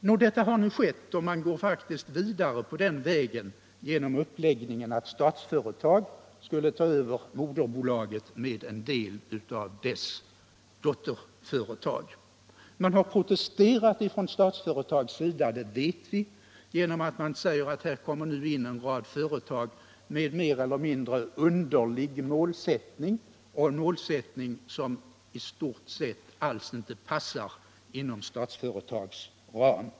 Nå, detta har nu skett, och man går faktiskt vidare på den vägen genom uppläggningen att Statsföretag skulle ta över Utvecklingsaktiebolaget med en del av dess dotterföretag. Man har protesterat från Statsföretags sida — det vet vi — genom att man säger att här kommer nu in en rad företag med mer eller mindre underlig målsättning och en målsättning som i stort sett inte alls passar inom Statsföretags ram.